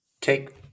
take